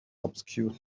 obscure